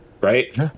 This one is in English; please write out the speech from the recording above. right